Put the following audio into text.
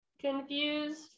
confused